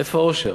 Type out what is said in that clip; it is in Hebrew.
איפה האושר?